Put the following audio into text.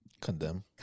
condemn